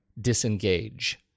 disengage